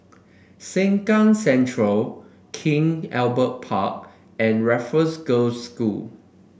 Sengkang Central King Albert Park and Raffles Girls' School